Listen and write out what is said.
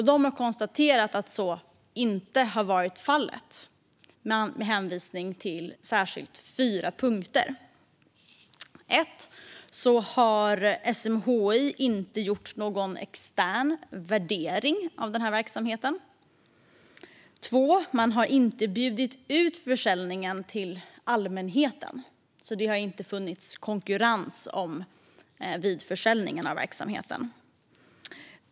De har konstaterat att så inte har varit fallet med hänvisning till särskilt fyra punkter. För det första har SMHI inte gjort någon extern värdering av denna verksamhet. För det andra har man inte bjudit ut försäljningen till allmänheten, och det har inte funnits konkurrens vid försäljningen av verksamheten.